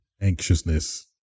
anxiousness